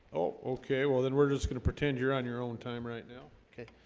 oh, okay. well then we're just gonna pretend you're on your own time right now, okay?